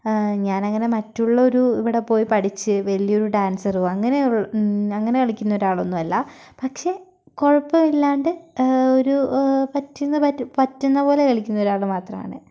ഞാനങ്ങന്നെ മറ്റുള്ളൊരു ഇവിടെ പോയി പഠിച്ച് വലിയൊരു ഡാൻസറോ അങ്ങനെ അങ്ങനെ കളിക്കുന്നൊരാളൊന്നുമല്ല പക്ഷേ കുഴപ്പമിലാണ്ട് ഒരു പറ്റുന്ന പറ്റുന്നപോലെ കളിക്കുന്ന ഒരാൾ മാത്രമാണ്